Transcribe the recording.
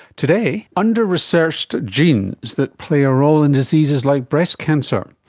today, under-researched genes that play a role in diseases like breast cancer.